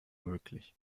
möglich